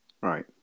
Right